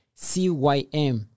CYM